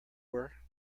were